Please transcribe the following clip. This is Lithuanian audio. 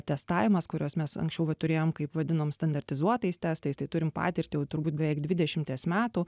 testavimas kuriuos mes anksčiau va turėjom kaip vadinom standartizuotais testais tai turim patirtį jau turbūt beveik dvidešimties metų